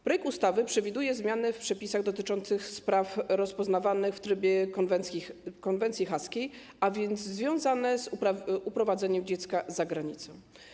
Projekt ustawy przewiduje zmiany w przepisach dotyczących spraw rozpoznawanych w trybie konwencji haskiej, a więc związane z uprowadzeniem dziecka za granicę.